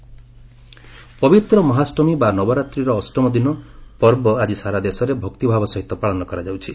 ମହା ଅଷ୍ଟମୀ ପବିତ୍ର ମହାଷ୍ଟମୀ ବା ନବରାତ୍ରୀର ଅଷ୍ଟମ ଦିନ ପର୍ବ ଆଜି ସାରା ଦେଶରେ ଭକ୍ତିଭାବ ସହିତ ପାଳନ କରାଯାଉଛି